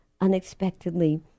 unexpectedly